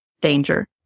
danger